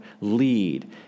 lead